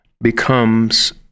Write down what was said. becomes